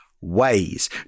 ways